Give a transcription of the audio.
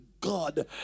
God